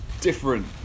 different